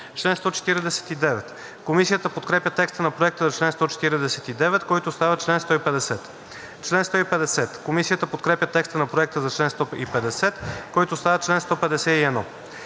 чл. 149. Комисията подкрепя текста на Проекта за чл. 149, който става чл. 150. Комисията подкрепя текста на Проекта за чл. 150, който става чл. 151.